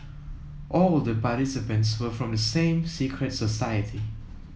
all the participants were from the same secret society